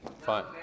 Fine